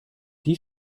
die